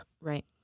Right